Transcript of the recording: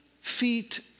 feet